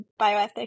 Bioethics